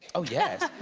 oh, yes